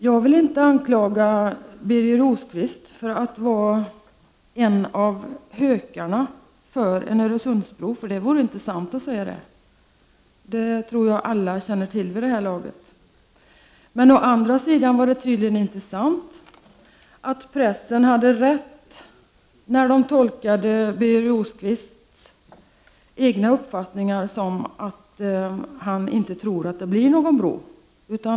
Jag vill inte anklaga Birger Rosqvist för att vara en av hökarna för en Öresundsbro. Att påstå det vore inte sant — det tror jag alla känner till vid det här laget. Å andra sidan hade pressen tydligen inte rätt, när den tolkade Birger Rosqvists egen uppfattning som att han inte tror att det blir någon bro.